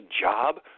job